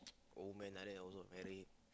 old man like that also married